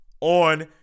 on